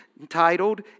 entitled